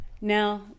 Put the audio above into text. Now